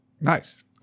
Nice